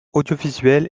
audiovisuelle